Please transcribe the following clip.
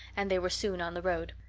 and they were soon on the road.